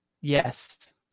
Yes